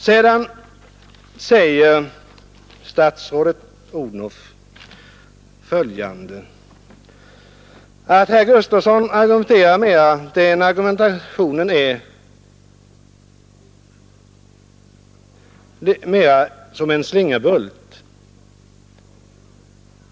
Sedan säger statsrådet Odhnoff att min argumentation är mera som en slingerbult.